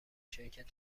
شرکت